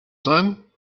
sun